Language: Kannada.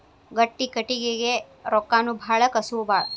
ಗಟ್ಟಿ ಕಟಗಿಗೆ ರೊಕ್ಕಾನು ಬಾಳ ಕಸುವು ಬಾಳ